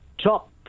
Top